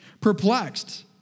perplexed